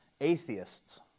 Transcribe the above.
atheists